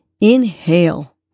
Inhale